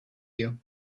you